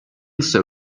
saw